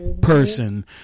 person